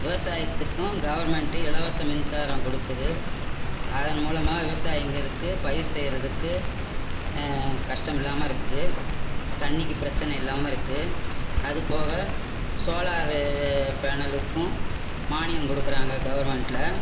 விவசாயத்துக்கும் கவெர்மெண்ட்டு இலவச மின்சாரம் கொடுக்குது அதன் மூலமாக விவசாயிங்களுக்கு பயிர் செய்கிறதுக்கு கஷ்டம் இல்லாமல் இருக்குது தண்ணிக்கு பிரச்சின இல்லாமல் இருக்குது அதுபோக சோலாரு பேனலுக்கும் மானியம் கொடுக்கிறாங்க கவெர்மெண்ட்டில்